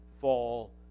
fall